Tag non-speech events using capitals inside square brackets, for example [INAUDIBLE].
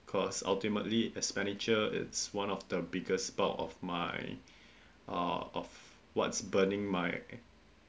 cause ultimately expenditure is one of the biggest part of my [BREATH] uh of what's burning my